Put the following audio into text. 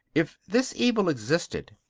if this evil existed,